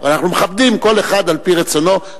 אבל אנחנו מכבדים כל אחד על-פי רצונו.